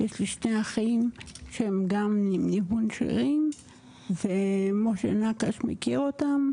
יש לי שני אחים שהם גם עם ניוון שרירים ומשה נקש מכיר אותם,